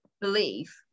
believe